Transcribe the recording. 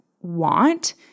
want